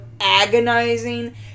agonizing